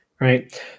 right